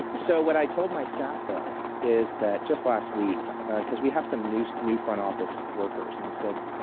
ah so what i told my staff though is that, just last week because we have some new new front office workers. and i said,